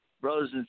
brothers